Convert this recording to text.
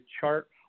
chart